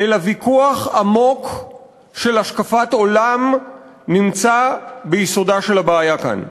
אלא ויכוח עמוק של השקפת עולם נמצא ביסודה של הבעיה כאן.